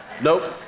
Nope